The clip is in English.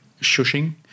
shushing